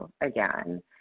again